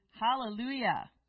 Hallelujah